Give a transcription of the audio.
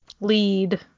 lead